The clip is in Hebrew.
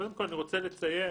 קודם כל, אני רוצה להדגיש